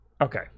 Okay